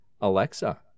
Alexa